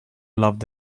loved